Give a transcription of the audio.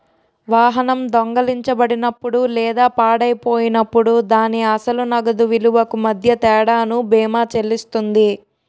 వాహనం దొంగిలించబడినప్పుడు లేదా పాడైపోయినప్పుడు దాని అసలు నగదు విలువకు మధ్య తేడాను బీమా చెల్లిస్తుంది